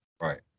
Right